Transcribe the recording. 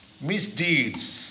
misdeeds